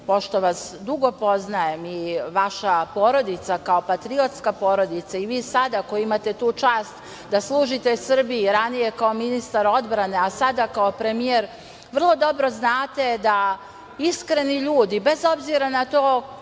pošto vas dugo poznajem i vaša porodica kao patriotska porodica i vi sada koji imate tu čast da služite Srbiji, ranije kao ministar odbrane, a sada kao premijer, vrlo dobro znate da iskreni ljudi, bez obzira na to